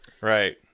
right